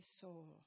soul